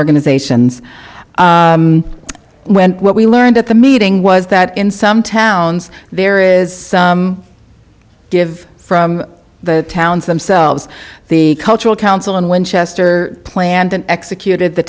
organizations when what we learned at the meeting was that in some towns there is give from the towns themselves the cultural council in winchester planned and executed the